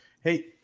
Hey